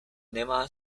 nemá